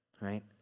Right